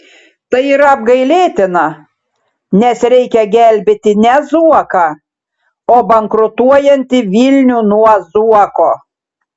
tai yra apgailėtina nes reikia gelbėti ne zuoką o bankrutuojantį vilnių nuo zuoko